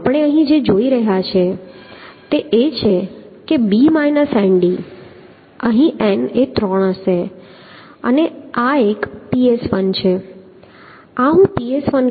તો આપણે અહીં જે જોઈ રહ્યા છીએ તે એ કે b માઈનસ nd અહીં n એ 3 હશે અને આ એક ps1 છે